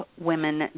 women